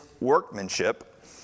workmanship